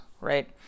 right